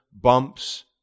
bumps